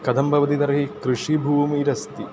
कथं भवति तर्हि कृषिभूमिरस्ति